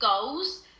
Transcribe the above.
goals